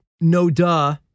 no-duh